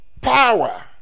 power